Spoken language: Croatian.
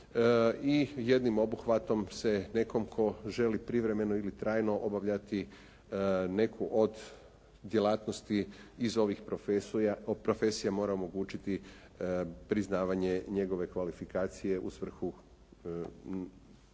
jednim obuhvatom se nekom tko želi privremeno ili trajno obavljati neku od djelatnosti iz ovih profesija mora omogućiti priznavanje njegove kvalifikacije u svrhu